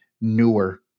newer